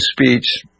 speech